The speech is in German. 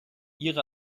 ihre